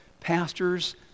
pastors